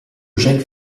jacques